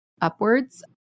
upwards